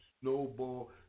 snowball